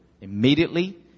Immediately